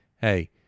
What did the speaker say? hey